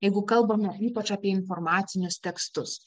jeigu kalbama ypač apie informacinius tekstus